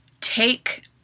take